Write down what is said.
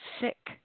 sick